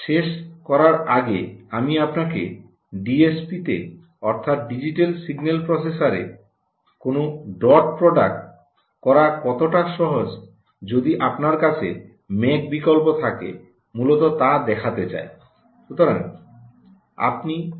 শেষ করার আগে আমি আপনাকে ডিএসপিতে অর্থাৎ ডিজিটাল সিগন্যাল প্রসেসরএ কোনও ডট প্রোডাক্ট করা কতটা সহজ যদি আপনার কাছে ম্যাক বিকল্প থাকে মূলত তা দেখাতে চাই